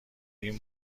این